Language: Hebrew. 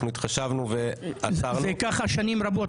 התחשבנו ועצרנו --- ככה זה שנים רבות,